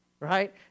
right